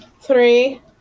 Three